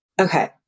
Okay